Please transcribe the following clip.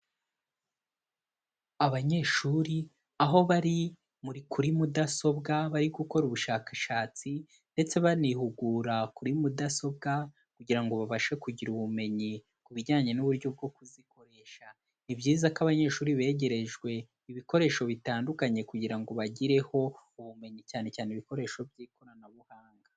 Abanyeshuri aho bari kuri mudasobwa bari gukora ubushakashatsi ndetse banihugura kuri mudasobwa kugira ngo babashe kugira ubumenyi ku bijyanye n'uburyo bwo kuzikoresha. Ni byiza ko abanyeshuri begerejwe ibikoresho bitandukanye kugira ngo bagireho ubumenyi cyane cyane ibikoresho by'ikoranabuhanga.